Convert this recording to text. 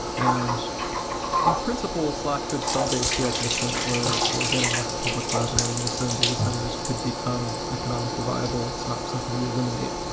and in principle, slack could someday scale to the point where we're getting off of public cloud, running in its own data centers could become econom ically viable. it's not something we el iminate.